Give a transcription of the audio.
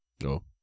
No